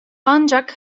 ancak